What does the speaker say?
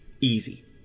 easy